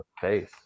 face